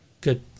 Good